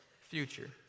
future